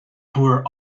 where